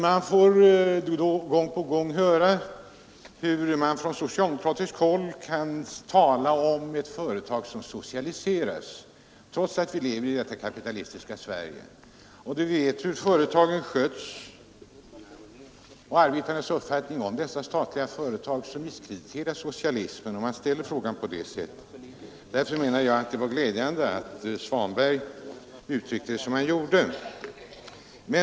Man får gång på gång höra socialdemokrater tala om att företag ”socialiseras”, trots att vi lever i detta kapitalistiska Sverige. När man vet hur företagen sköts och känner arbetarnas uppfattning om dessa statliga företag, misskrediterar man socialismen om man uttalar sig på det sättet. Därför anser jag det glädjande att herr Svanberg uttryckte sig som han gjorde.